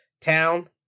town